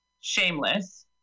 Shameless